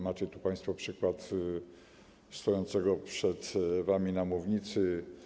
Macie państwo przykład stojącego przed wami na tej mównicy.